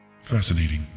Fascinating